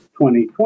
2020